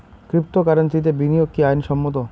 ক্রিপ্টোকারেন্সিতে বিনিয়োগ কি আইন সম্মত?